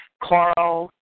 Carl